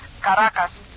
Caracas